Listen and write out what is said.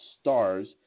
Stars